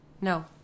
No